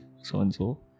so-and-so